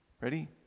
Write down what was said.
Ready